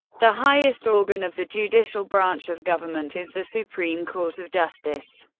the highest organ of the judicial branch of government is the supreme court of justice,